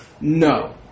no